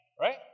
right